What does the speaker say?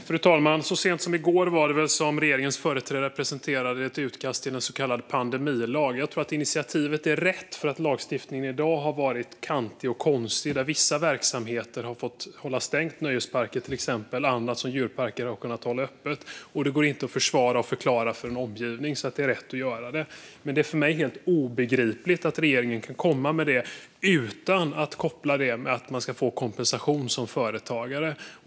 Fru talman! Det var väl så sent som i går som regeringens företrädare presenterade ett utkast till en så kallad pandemilag. Jag tror att initiativet är rätt, för dagens lagstiftning har varit kantig och konstig. Vissa verksamheter har fått hålla stängt, till exempel nöjesparker. Andra verksamheter, som djurparker, har kunnat hålla öppet. Det går inte att försvara och förklara för en omgivning. Det är alltså rätt att göra detta. Men det är för mig obegripligt att regeringen kan komma med detta utan att koppla det till att företag ska få kompensation.